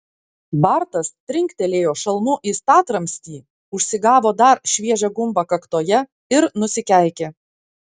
bartas trinktelėjo šalmu į statramstį užsigavo dar šviežią gumbą kaktoje ir nusikeikė